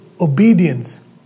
obedience